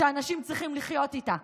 שאנשים צריכים לחיות איתה,